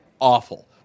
awful